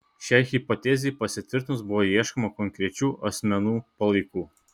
šiai hipotezei pasitvirtinus buvo ieškoma konkrečių asmenų palaikų